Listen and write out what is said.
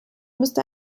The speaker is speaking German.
müsste